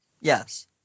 Yes